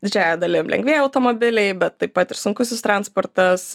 didžiąja dalim lengvieji automobiliai bet taip pat ir sunkusis transportas